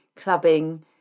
clubbing